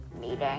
meeting